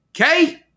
Okay